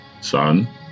Son